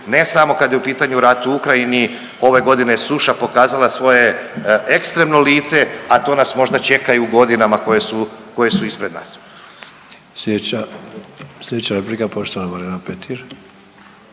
ne samo kad je u pitanju rat u Ukrajini, ove godine je suša pokazala svoje ekstremno lice, a to nas možda čeka i u godinama koje su, koje su